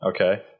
Okay